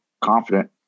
confident